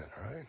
right